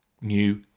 new